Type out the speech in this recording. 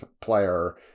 player